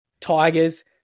Tigers